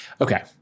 Okay